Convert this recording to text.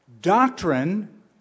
Doctrine